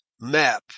map